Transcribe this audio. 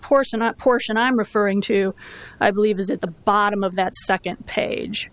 portion not portion i'm referring to i believe is at the bottom of that second page